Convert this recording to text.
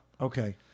Okay